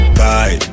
bye